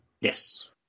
Yes